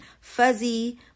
fuzzy